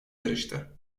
yarıştı